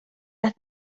las